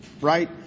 right